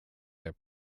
their